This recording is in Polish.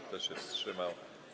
Kto się wstrzymał?